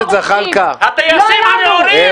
חבר הכנסת זחאלקה --- הטייסים הנאורים.